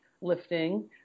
lifting